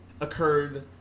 Occurred